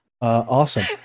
Awesome